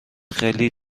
خیلی